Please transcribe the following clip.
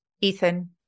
Ethan